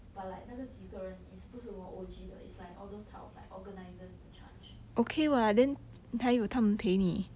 but like 那个几个人 is 不是我 O_G 的 it's like all those type of like organisers in charge